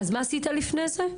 מה עשית לפני זה?